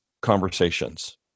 conversations